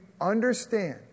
understand